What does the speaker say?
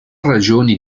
ragioni